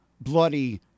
bloody